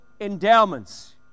endowments